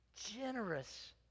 generous